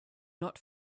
not